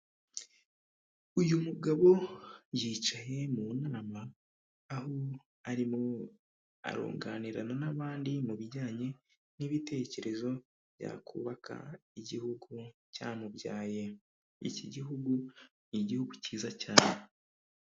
Uyu mugabo yicaye mu nama, aho arimo arunganirana n'abandi mu bijyanye n'ibitekerezo, byakubaka igihugu cyamubyaye, iki gihugu ni igihugu cyiza cyane.